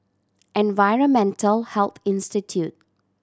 Environmental Health Institute